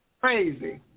crazy